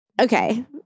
okay